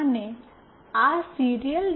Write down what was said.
અને આ સીરીયલ